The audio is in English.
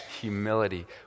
humility